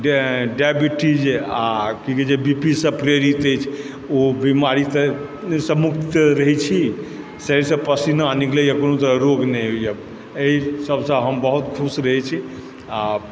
diabetes आकि B P सँ पीड़ित अछि ओ बीमारीसँ मुक्त रहै छी शरीरसँ पसीना निकलैए कोनो तरहक रोग नहि होइए एहि सबसँ हम बहुत खुश रहै छी आओर